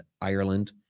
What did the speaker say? Ireland